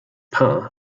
paar